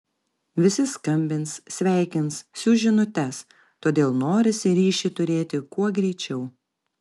visi skambins sveikins siųs žinutes todėl norisi ryšį turėti kuo greičiau